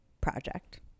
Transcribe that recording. project